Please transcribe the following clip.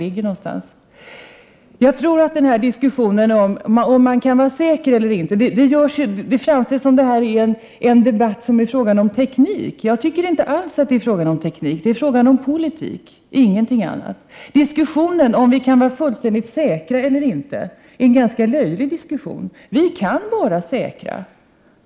Här förs en diskussion om man kan vara säker eller inte, men det är ju en fråga om teknik. Här handlar det inte om teknik, utan det är fråga om politik, ingenting annat. Diskussionen om vi kan vara fullständigt säkra eller inte är ganska löjlig. Naturligtvis kan vi vara säkra!